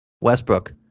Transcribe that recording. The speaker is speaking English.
Westbrook